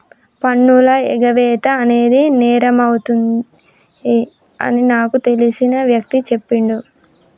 పన్నుల ఎగవేత అనేది నేరమవుతుంది అని నాకు తెలిసిన వ్యక్తి చెప్పిండు